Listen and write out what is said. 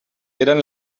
eren